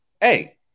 Hey